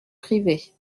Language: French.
privées